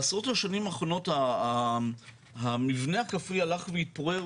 בעשרות השנים האחרונות המבנה הכפרי הלך והתפורר